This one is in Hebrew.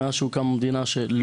כמו שהעלו פה,